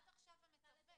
את עכשיו המתווך.